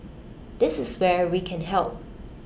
this is where we can help